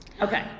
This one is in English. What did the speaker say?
Okay